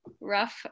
rough